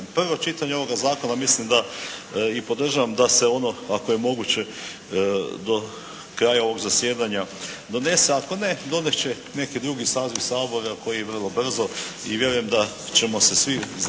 prvo čitanje ovoga zakona mislim da i podržavam da se ono ako je moguće do kraja ovog zasjedanja donese. A ako ne donijet će neki drugi saziv Sabora koji je vrlo brzo i vjerujem da ćemo se svi za